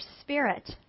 spirit